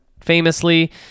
famously